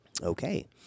Okay